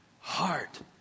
heart